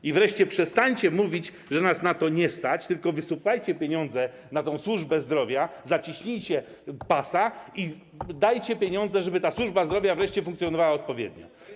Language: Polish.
I wreszcie przestańcie mówić, że nas na to nie stać, tylko wysupłajcie pieniądze na tę służbę zdrowia, zaciśnijcie pasa i dajcie pieniądze, żeby ta służba zdrowia wreszcie funkcjonowała odpowiednio.